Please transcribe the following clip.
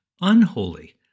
unholy